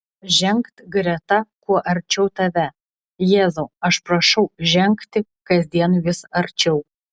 žengt greta kuo arčiau tave jėzau aš prašau žengti kasdien vis arčiau